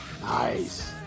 Nice